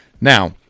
Now